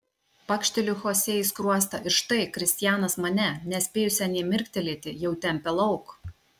pakšteliu chosė į skruostą ir štai kristianas mane nespėjusią nė mirktelėti jau tempia lauk